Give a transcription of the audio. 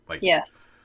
Yes